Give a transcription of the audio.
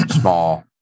small